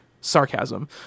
Sarcasm